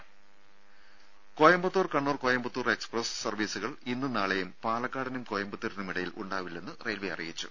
ദേദ കോയമ്പത്തൂർ കണ്ണൂർ കോയമ്പത്തൂർ എക്സ്പ്രസ് സർവീസുകൾ ഇന്നും നാളെയും പാലക്കാടിനും കോയമ്പത്തൂരിനും ഇടയിൽ ഉണ്ടാവില്ലെന്ന് റെയിൽവെ അറിയിച്ചു